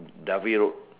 Dovey road